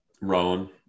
Rowan